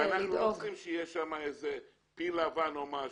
-- ואנחנו לא רוצים שיהיה שם איזה פיל לבן או משהו,